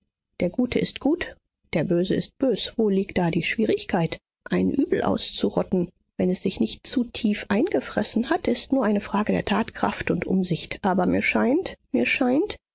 der gute ist gut der böse ist bös wo liegt da die schwierigkeit ein übel auszurotten wenn es sich nicht zu tief eingefressen hat ist nur eine frage der tatkraft und umsicht aber mir scheint mir scheint